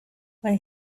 when